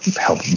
help